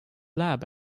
lab